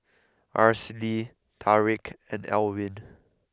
Aracely Tariq and Elwyn